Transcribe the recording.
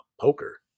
poker